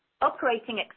Operating